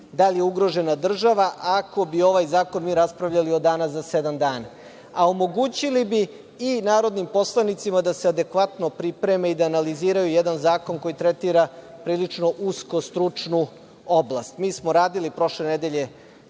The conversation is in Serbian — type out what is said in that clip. Da li je ugrožena država, ako bi ovaj zakon mi raspravljali od danas za sedam? A omogućili bi i narodnim poslanicima da se adekvatno pripreme i da analiziraju jedan zakon koji tretira prilično usko stručnu oblast. Mi smo radili prošle nedelje